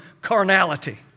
carnality